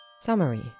Summary